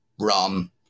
run